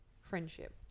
friendship